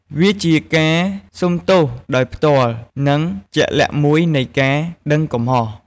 វាជាការសុំទោសដោយផ្ទាល់ និងជាក់លាក់មួយនៃការដឹងកំហុស។